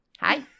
Hi